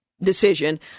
decision